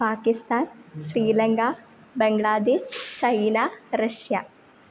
पाकिस्तान् श्रीलङ्का बङ्ग्लादेशः China Russia